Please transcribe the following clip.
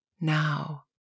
now